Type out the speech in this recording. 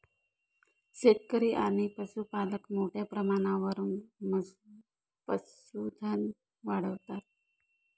शेतकरी आणि पशुपालक मोठ्या प्रमाणावर पशुधन वाढवतात